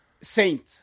saint